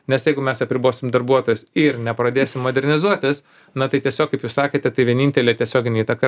nes jeigu mes apribosim darbuotojus ir nepradėsim modernizuotis na tai tiesiog kaip jūs sakėte tai vienintelė tiesioginė įtaka